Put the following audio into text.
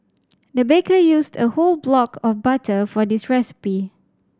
the baker used a whole block of butter for this recipe